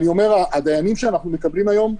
הדיינים שאנחנו מקבלים היום,